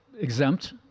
exempt